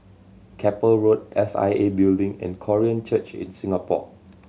Keppel Road S I A Building and Korean Church in Singapore